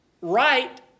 right